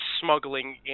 smuggling